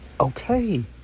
okay